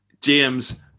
James